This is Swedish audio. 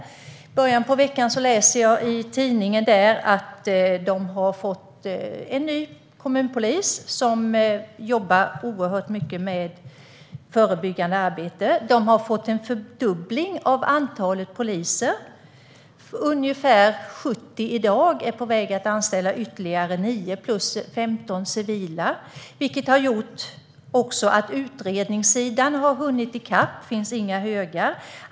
I början av veckan kunde jag läsa i tidningen att de har fått en ny kommunpolis som jobbar oerhört mycket med förebyggande arbete. De har även fått en fördubbling av antalet poliser. I dag är de ungefär 70, och man är på väg att anställa ytterligare 9 plus 15 civila. Detta har gjort att utredningssidan har hunnit i kapp - det finns inga högar.